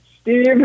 Steve